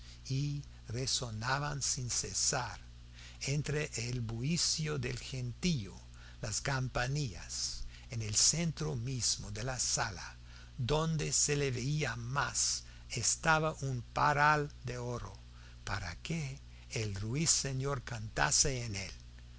y resonaban sin cesar entre el bullicio del gentío las campanillas en el centro mismo de la sala donde se le veía más estaba un paral de oro para que el ruiseñor cantase en él